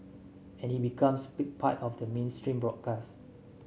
and it becomes pick part of the mainstream broadcast